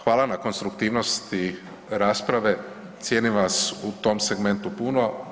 Hvala na konstruktivnosti rasprave, cijenim vas u tom segmentu puno.